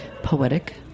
Poetic